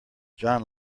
john